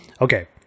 okay